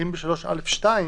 האם ב-3א(ב)(2)